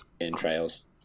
entrails